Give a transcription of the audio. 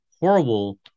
horrible